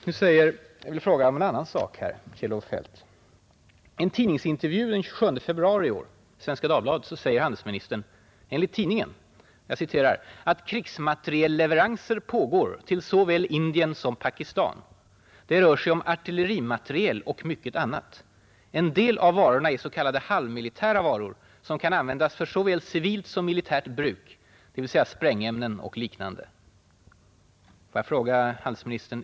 Jag vill fråga Kjell-Olof Feldt en annan sak. I en tidningsintervju den 27 februari i år i Svenska Dagbladet säger handelsministern enligt tidningen, att ”krigsmaterielleveranser pågår till såväl Indien som Pakistan. Det rör sig om artillerimateriel och mycket annat. En del av varorna är s.k. halvmilitära varor som kan användas för såväl civilt som militärt bruk, dvs. sprängämnen och liknande”.